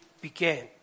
began